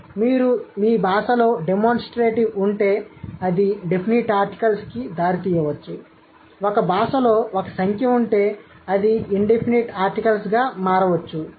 కాబట్టి మీరు మీ భాషలో డెమోన్స్ట్రేటివ్ ఉంటే అది డెఫినిట్ ఆర్టికల్స్ కి దారితీయవచ్చు ఒక భాషలో ఒక సంఖ్య ఉంటే అది ఇన్ డెఫినిట్ ఆర్టికల్స్గా మార్చవచ్చు